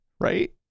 Right